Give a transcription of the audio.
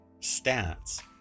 stats